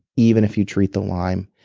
even if you treat the lyme.